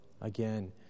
again